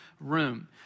room